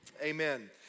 Amen